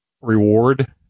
reward